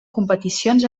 competicions